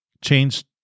Change